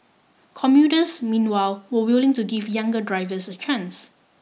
commuters meanwhile were willing to give younger drivers a chance